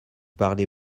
parlez